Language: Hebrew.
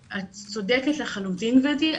את צודקת לחלוטין, גברתי.